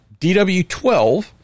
DW12